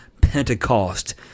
Pentecost